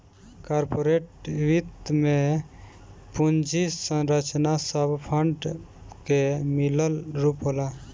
corporate वित्त में पूंजी संरचना सब फंड के मिलल रूप होला